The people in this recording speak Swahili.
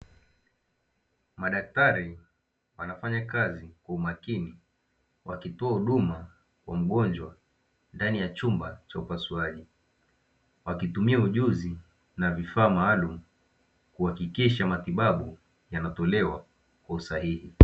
Madaktari wanafanya kazi kwa umakini, wakitoa huduma kwa mgonjwa ndani ya chumba cha upasuaji, wakitumia ujuzi na vifaa maalumu kuhakikisha matibabu yanatolewa kwa usahihi.